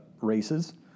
races